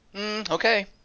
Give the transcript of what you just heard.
Okay